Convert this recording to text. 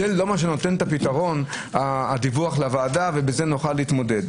שהדיווח לוועדה הוא לא מה שנותן את הפתרון ועם זה נוכל להתמודד.